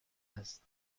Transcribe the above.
است